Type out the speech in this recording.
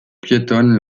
piétonne